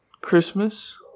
christmas